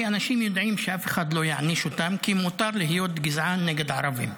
כי אנשים יודעים שאף אחד לא יעניש אותם כי מותר להיות גזען נגד ערבים.